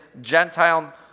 Gentile